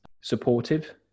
supportive